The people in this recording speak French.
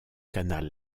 canal